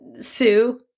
Sue